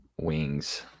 wings